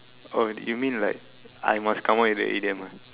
oh you mean like I must come up with the idiom ah